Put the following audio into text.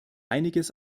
einiges